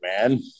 man